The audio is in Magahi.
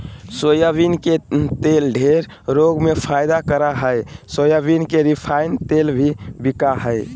सोयाबीन के तेल ढेर रोग में फायदा करा हइ सोयाबीन के रिफाइन तेल भी बिका हइ